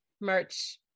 merch